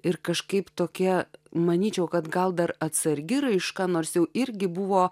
ir kažkaip tokie manyčiau kad gal dar atsargi raiška nors jau irgi buvo